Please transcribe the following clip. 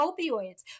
opioids